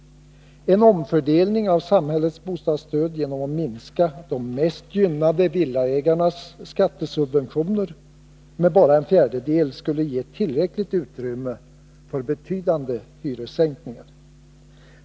En omfördelning av samhällets bostadsstöd genom att minska de mest gynnade villaägarnas skattesubventioner med bara en fjärdedel skulle ge tillräckligt utrymme för betydande hyressänkningar.